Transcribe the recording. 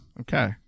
Okay